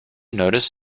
notice